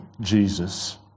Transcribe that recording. Jesus